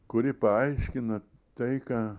kuri paaiškina tai ką